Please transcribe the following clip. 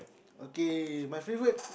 okay my favourite